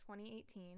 2018